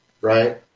Right